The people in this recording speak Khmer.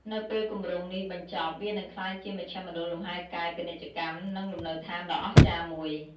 នៅពេលគម្រោងនេះបញ្ចប់ វានឹងក្លាយជា មជ្ឈមណ្ឌលលំហែកាយ ពាណិជ្ជកម្ម និងលំនៅដ្ឋានដ៏អស្ចារ្យមួយ។